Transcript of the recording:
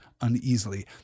uneasily